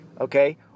Okay